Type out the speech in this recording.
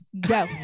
go